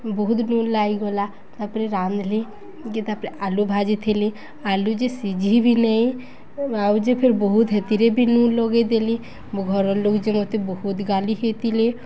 ବହୁତ ନୁନ ଲାଗିଗଲା ତାପରେ ରାନ୍ଧିଲି କି ତାପରେ ଆଲୁ ଭାଜିଥିଲି ଆଲୁ ଯେ ସିଝ ବି ନେଇ ଆଉ ଯେ ଫେର୍ ବହୁତ ହେଥିରେ ବି ନୁନ ଲଗେଇ ଦେଲି ମୋ ଘରର ଲୋକ ଯେ ମୋତେ ବହୁତ ଗାଲି ହେଇତିଲେ